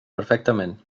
perfectament